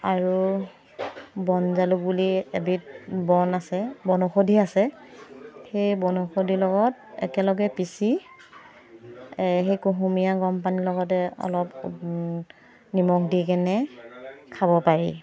আৰু বন জালুক বুলি এবিধ বন আছে বনৌষধি আছে সেই বনৌষধিৰ লগত একেলগে পিচি সেই কুহুমীয়া গৰম পানীৰ লগতে অলপ নিমখ দি কেনে খাব পাৰি